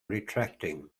retracting